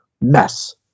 mess